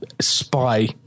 spy